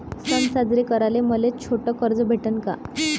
सन साजरे कराले मले छोट कर्ज भेटन का?